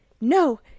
No